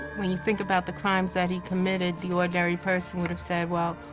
when you think about the crimes that he committed, the ordinary person would have said, well,